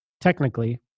technically